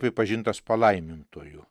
pripažintas palaimintuoju